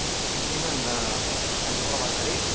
جی ma'am hello آواز آ رہی